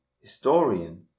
historian